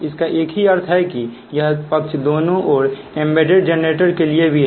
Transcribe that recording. इसका एक ही अर्थ है कि यह पक्ष दोनों ओर एम्बेडेड जेनरेटरों के लिए भी है